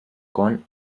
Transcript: kong